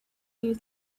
you